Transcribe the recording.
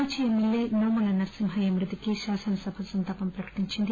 మాజీ ఎమ్మెల్యేనోముల నర్సింహయ్య మృతికి శాసనసభ సంతాపం ప్రకటించింది